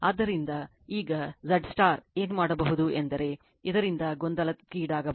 ಆದ್ದರಿಂದ ಈಗ Z ಏನು ಮಾಡಬಹುದು ಎಂದರೆ ಇದರಿಂದ ಗೊಂದಲಕ್ಕೀಡಾಗಬಾರದು